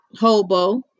hobo